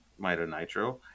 mitonitro